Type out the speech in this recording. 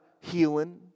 healing